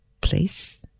place